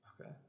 Okay